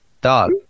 dog